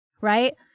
right